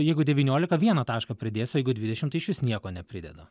jeigu devyniolika vieną tašką pridės o jeigu dvidešim tai išvis nieko neprideda